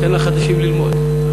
תן לחדשים ללמוד.